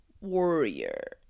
Warrior